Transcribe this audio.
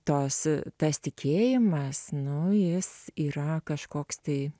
tos tas tikėjimas nu jis yra kažkoks tai